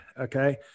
Okay